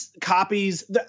copies